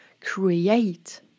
create